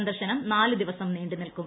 സന്ദർശനം നാല് ദിവസം നീണ്ടുനിൽക്കും